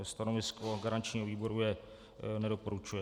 Stanovisko garančního výboru je: nedoporučuje.